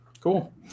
Cool